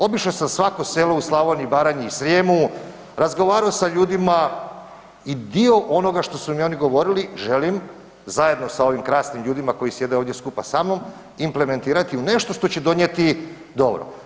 Obišo sam svako selo u Slavoniji, Baranji i Srijemu, razgovaro sa ljudima i dio onoga što su mi oni govorili želim zajedno sa ovim krasnim ljudima koji sjede ovdje skupa sa mnom implementirati u nešto što će donijeti dobro.